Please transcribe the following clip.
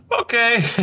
okay